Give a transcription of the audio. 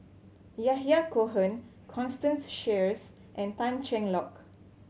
Yahya Cohen Constance Sheares and Tan Cheng Lock